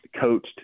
coached